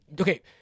Okay